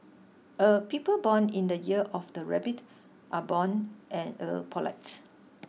er people born in the year of the Rabbit are born and er polite